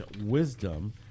wisdom